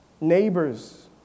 neighbors